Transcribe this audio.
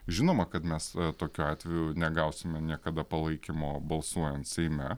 žinoma kad mes tokiu atveju negausime niekada palaikymo balsuojant seime